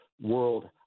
world